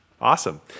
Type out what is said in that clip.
Awesome